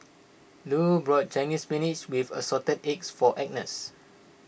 Lu bought Chinese Spinach with Assorted Eggs for Agnes